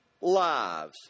lives